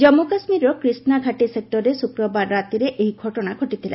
ଜାମ୍ମୁକାଶ୍ମୀରର କ୍ରିଷ୍ଣାଘାଟି ସେକ୍ଟରରେ ଶୁକ୍ରବାର ରାତିରେ ଏହି ଘଟଣା ଘଟିଥିଲା